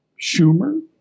Schumer